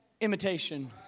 imitation